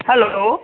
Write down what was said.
hello